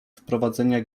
wprowadzania